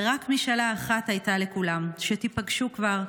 ורק משאלה אחת הייתה לכולם: שתיפגשו כבר,